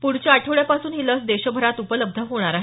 पुढच्या आठवड्यापासून ही लस देशभरात उपलब्ध होणार आहे